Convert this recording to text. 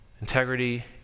Integrity